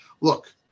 look